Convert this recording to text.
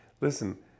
Listen